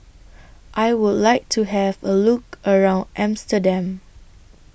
I Would like to Have A Look around Amsterdam